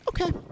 Okay